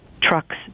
trucks